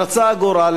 רצה הגורל,